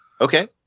Okay